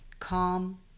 calm